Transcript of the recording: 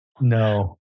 No